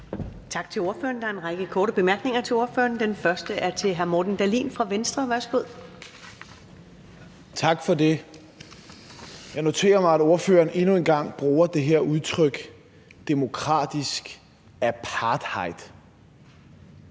Tak til ordføreren. Der er en række korte bemærkninger til ordføreren. Den første er til hr. Morten Dahlin fra Venstre. Værsgo. Kl. 14:09 Morten Dahlin (V): Tak for det. Jeg noterer mig, at ordføreren endnu en gang bruger det her udtryk demokratisk apartheid.